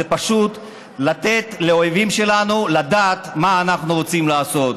זה פשוט לתת לאויבים שלנו לדעת מה אנחנו רוצים לעשות.